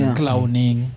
clowning